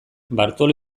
bartolo